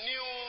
New